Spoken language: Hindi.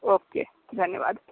ओके धन्यवाद